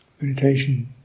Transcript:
meditation